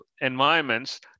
environments